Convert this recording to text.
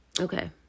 okay